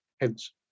hence